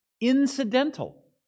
incidental